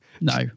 No